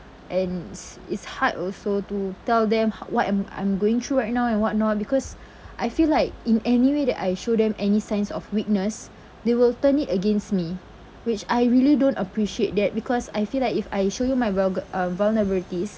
and it's it's hard also to tell them how what I'm I'm going through right now and whatnot because I feel like in any way that I show them any signs of weakness they will turn it against me which I really don't appreciate that because I feel like if I show you my vulgar uh vulnerabilities